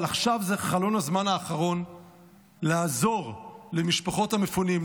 אבל עכשיו זה חלון הזמן האחרון לעזור למשפחות המפונים,